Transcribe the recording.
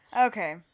Okay